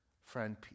friend